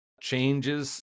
changes